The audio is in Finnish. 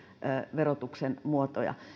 verotuksen muotoja